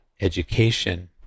education